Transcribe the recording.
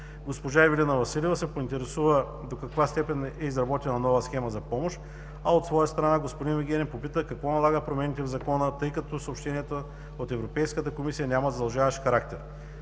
Госпожа Ивелина Василева се поинтересува до каква степен е изработена нова схема за помощ, а от своя страна господин Вигенин попита какво налага промените в Закона, тъй като съобщенията от Европейската комисия нямат задължаващ характер.